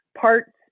parts